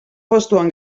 postuan